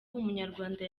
umunyarwanda